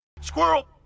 Squirrel